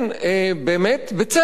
באמת בצדק,